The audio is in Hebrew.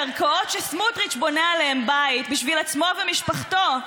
לקרקעות שסמוטריץ בונה עליהן בית בשביל עצמו ומשפחתו,